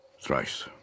Thrice